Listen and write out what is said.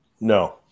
No